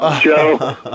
Joe